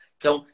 Então